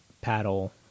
paddle